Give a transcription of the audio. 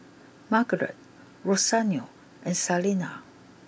Margarett Rosario and Salena